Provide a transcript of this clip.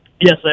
Yes